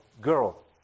girl